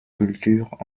culture